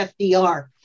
FDR